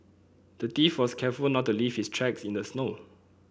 the thief was careful not to leave his tracks in the snow